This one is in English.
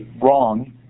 wrong